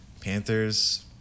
Panthers